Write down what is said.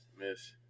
Miss